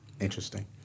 Interesting